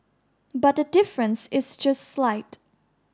but the difference is just slight